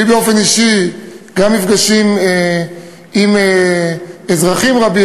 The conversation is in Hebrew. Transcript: לי באופן אישי היו גם מפגשים עם אזרחים רבים,